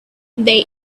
they